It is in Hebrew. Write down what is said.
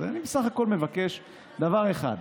אני בסך הכול מבקש דבר אחד: